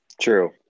true